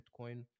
bitcoin